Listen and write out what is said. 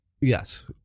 Yes